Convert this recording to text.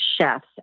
chefs